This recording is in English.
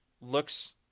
looks